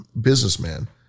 businessman